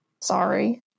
Sorry